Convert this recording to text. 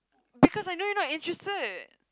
because I know you're not interested